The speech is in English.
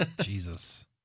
Jesus